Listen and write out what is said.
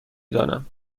دانم